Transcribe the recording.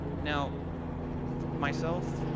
now myself,